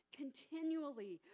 continually